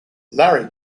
larry